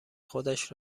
خودش